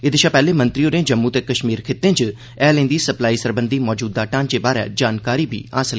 एह्दे शा पैह्ले मंत्री होरें'गी जम्मू ते कश्मीर खित्तें च हैलें दी सप्लाई सरबंधी मौजूदा ढांचे बारै जानकारी बी दित्ती गेई